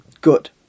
Good